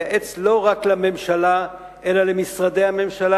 לייעץ לא רק לממשלה אלא למשרדי הממשלה